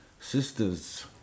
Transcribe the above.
sister's